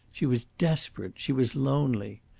she was desperate, she was lonely.